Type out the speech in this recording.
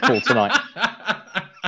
tonight